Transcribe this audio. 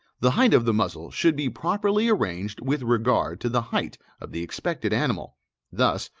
the height of the muzzle should be properly arranged with regard to the height of the expected animal thus,